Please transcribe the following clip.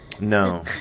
No